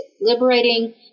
liberating